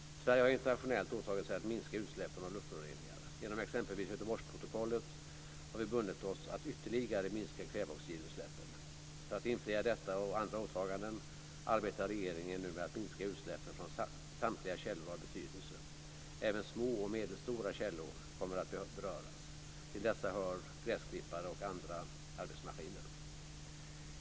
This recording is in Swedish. Sverige har internationellt åtagit sig att minska utsläppen av luftföroreningar. Genom exempelvis Göteborgsprotokollet har vi bundit oss att ytterligare minska kväveoxidutsläppen. För att infria detta och andra åtaganden arbetar regeringen nu med att minska utsläppen från samtliga källor av betydelse. Även små och medelstora källor kommer att beröras. Till dessa hör gräsklippare och andra arbetsmaskiner.